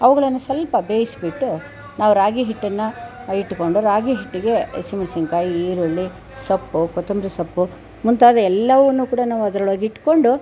ಅವುಗಳನ್ನು ಸ್ವಲ್ಪ ಬೇಯಿಸಿಬಿಟ್ಟು ನಾವು ರಾಗಿ ಹಿಟ್ಟನ್ನು ಇಟ್ಟುಕೊಂಡು ರಾಗಿ ಹಿಟ್ಟಿಗೆ ಹಸಿ ಮೆಣಸಿನಕಾಯಿ ಈರುಳ್ಳಿ ಸೊಪ್ಪು ಕೊತ್ತಂಬರಿ ಸೊಪ್ಪು ಮುಂತಾದ ಎಲ್ಲವನ್ನು ಕೂಡ ಅದರೊಳಗಿಟ್ಟುಕೊಂಡು